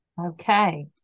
Okay